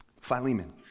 Philemon